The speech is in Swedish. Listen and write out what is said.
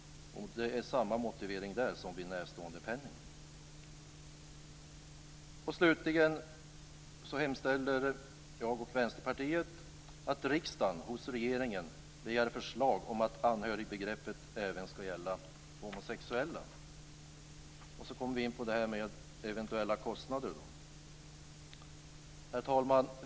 Vi har där samma motivering som vid närståendepenning. Slutligen hemställer jag att riksdagen hos regeringen begär förslag om att anhörigbegreppet även skall gälla homosexuella. Jag går så över till frågan om eventuella kostnader. Herr talman!